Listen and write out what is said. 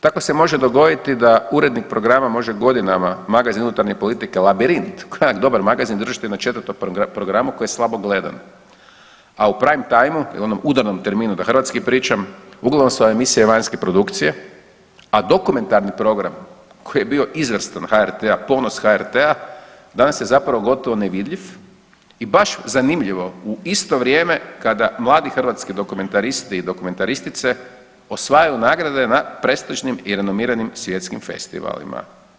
Tako se može dogoditi da urednik programa može godinama, magazin unutarnje politike Labirint koji je onako dobar magazin držati na 4 programu koji je slabo gledan, a u prime time-u ili onom udarnom termu da hrvatski pričam uglavnom su vam emisije vanjske produkcije, a dokumentarni program koji je bio izvrstan HRT-a, ponos HRT-a danas je zapravo gotovo nevidljiv i baš zanimljivo u isto vrijeme kada mladi hrvatski dokumentaristi i dokumentaristice osvajaju nagrade na prestižnim i renomiranim svjetskim festivalima.